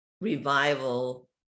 revival